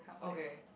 okay